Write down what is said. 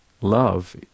love